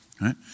right